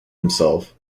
himself